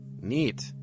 neat